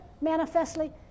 manifestly